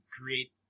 create